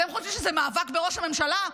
אתם חושבים שזה מאבק בראש הממשלה?